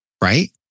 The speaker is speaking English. right